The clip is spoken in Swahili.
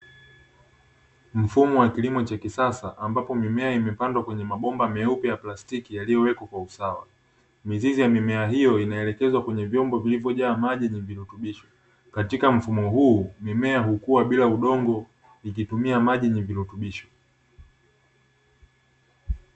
Mfumo wa kilimo cha kisasa ambao mimea imepandwa kwenye mabomba meupe ya plastiki yaliyowekwa kwa usawa, mizizi ya mimea hiyo inaelekezwa kwenye vyombo vyenye maji vilivyojaa virutubisho, katika mfumo huu mimea hukua bila udongo ikitumia maji yenye virutubisho.